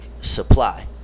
supply